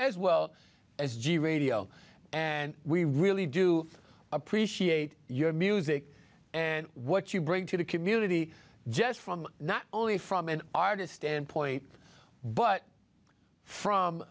as well as radio and we really do appreciate your music and what you bring to the community just from not only from an artist standpoint but from